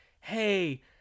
Hey